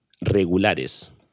regulares